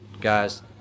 Guys